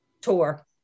tour